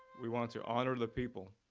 we want to honor the people,